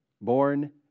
born